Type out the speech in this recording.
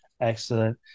Excellent